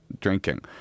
drinking